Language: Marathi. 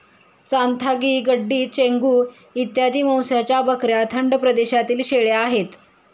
चांथागी, गड्डी, चेंगू इत्यादी वंशाच्या बकऱ्या थंड प्रदेशातील शेळ्या आहेत